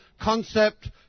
concept